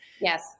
Yes